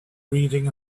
reading